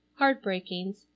heartbreakings